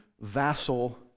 vassal